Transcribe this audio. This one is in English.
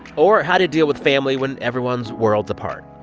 or how to deal with family when everyone's worlds apart?